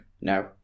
No